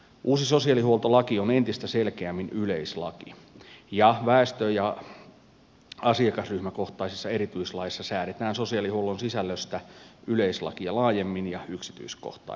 uusi sosiaalihuoltolaki on entistä selkeämmin yleislaki ja väestö ja asiakasryhmäkohtaisissa erityislaeissa säädetään sosiaalihuollon sisällöstä yleislakia laajemmin ja yksityiskohtaisemmin